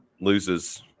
loses